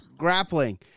grappling